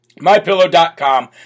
mypillow.com